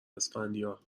اسفندیار